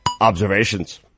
observations